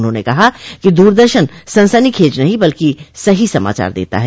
उन्होंने कहा कि दूरदर्शन सनसनीखेज नहीं बल्कि सही समाचार देता है